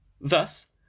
Thus